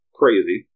crazy